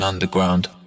Underground